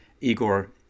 Igor